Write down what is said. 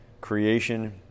creation